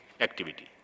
activity